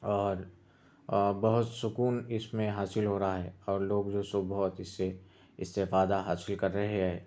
اور بہت سکون اِس میں حاصل ہو رہا ہے اور لوگ جو سو بہت اِس سے استفادہ حاصل کر رہے ہے